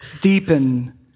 deepen